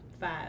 five